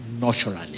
naturally